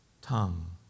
tongue